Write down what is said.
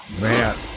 man